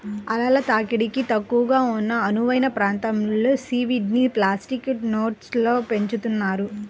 అలల తాకిడి తక్కువగా ఉన్న అనువైన ప్రాంతంలో సీవీడ్ని ప్లాస్టిక్ నెట్స్లో పెంచుతున్నారు